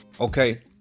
Okay